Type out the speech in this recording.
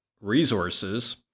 resources